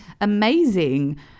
Amazing